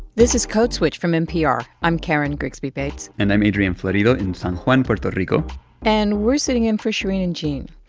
this is code switch from npr. i'm karen grigsby bates and i'm adrian florido in san juan, puerto puerto rico and we're sitting in for shereen and gene.